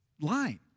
line